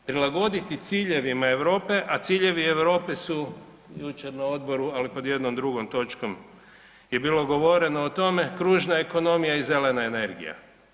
Prilagoditi ciljevima Europe, a ciljevi Europe su jučer na odboru ali pod jednom drugom točkom je bilo govoreno o tome kružna ekonomija i zelena energija.